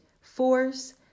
force